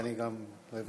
כי אני גם לא הבנתי,